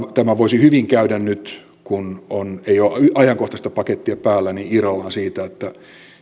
tämän voisi hyvin käydä nyt kun ei ole ajankohtaista pakettia päällä irrallaan siitä